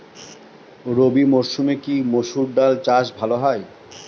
রবি মরসুমে কি মসুর ডাল চাষ ভালো হয়?